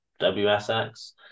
WSX